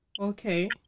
Okay